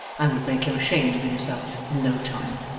and would make him ashamed of himself in no time!